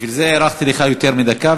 בשביל זה הארכתי לך ליותר מדקה,